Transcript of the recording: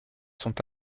sont